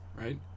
right